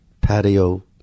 Patio